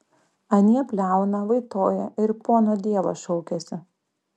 anie bliauna vaitoja ir pono dievo šaukiasi